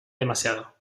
demasiado